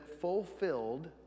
fulfilled